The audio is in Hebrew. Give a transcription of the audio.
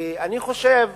אני חושב